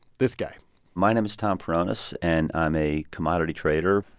this guy my name is tom peronis and i'm a commodity trader.